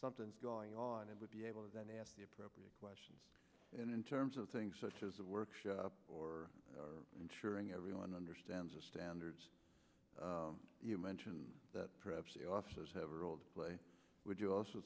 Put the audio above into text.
something's going on and would be able to then ask the appropriate questions and in terms of things such as a workshop or ensuring everyone understands the standards you mentioned that perhaps the officers have are old play would you also